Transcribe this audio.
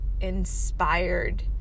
inspired